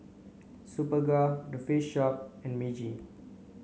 Superga The Face Shop and Meiji